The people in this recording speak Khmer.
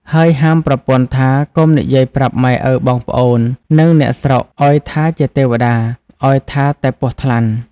ហើយហាមប្រពន្ធថាកុំនិយាយប្រាប់ម៉ែឪបងប្អូន និងអ្នកស្រុកឱ្យថាជាទេវតា ឱ្យថាតែ ពស់ថ្លាន់។